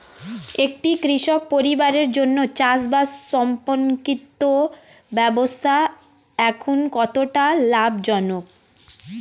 একটি কৃষক পরিবারের জন্য চাষবাষ সম্পর্কিত ব্যবসা এখন কতটা লাভজনক?